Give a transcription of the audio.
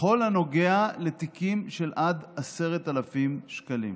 בכל הנוגע לתיקים של עד 10,000 שקלים.